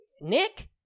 Nick